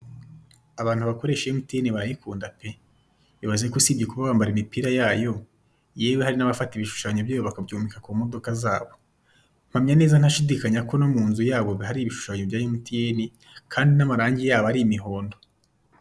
Abantu bakoresha emutiyeni barayikunda pe ibaze ko usibye kuba bambara imipira yayo yewe hari n'abafata ibishushanyo byayo bakabyomeka ku modoka zabo mpamya neza ntashidikanya ko no mu inzu yabo hari ibishushanyo bya emutiyeni kandi n'amarange yabo ari imihondo.